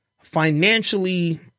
financially